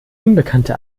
unbekannte